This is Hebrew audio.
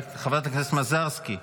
חברת הכנסת מזרסקי,